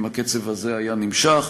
אם הקצב הזה היה נמשך.